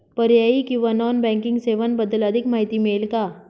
पर्यायी किंवा non banking सेवांबद्दल अधिक माहिती मिळेल का?